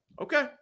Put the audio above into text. Okay